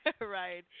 right